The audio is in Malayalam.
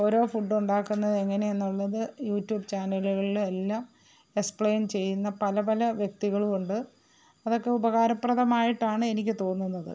ഓരോ ഫുഡ് ഉണ്ടാക്കുന്ന എങ്ങനെയെന്നുള്ളത് യൂടൂബ് ചാനലുകളിലെല്ലാം എസ്പ്ലൈൻ ചെയ്യുന്ന പല പല വ്യക്തികളും ഉണ്ട് അതൊക്കെ ഉപകാരപ്രദമായിട്ടാണ് എനിക്ക് തോന്നുന്നത്